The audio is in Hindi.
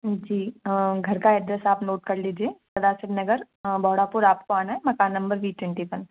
जी घर का एड्रेस आप नोट कर लीजिए सदासिव नगर बौड़ापुर आपको आना है मकान नंबर जी ट्वेंटी वन